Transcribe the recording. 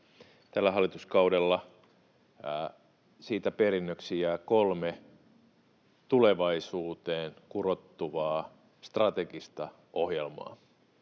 tästä hallituskaudesta perinnöksi jää kolme tulevaisuuteen kurottuvaa strategista ohjelmaa: